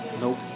Nope